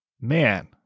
man